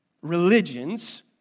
religions